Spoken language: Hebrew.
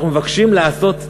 אנחנו מבקשים לעשות צדק,